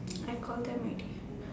I call them already